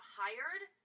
hired